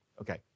Okay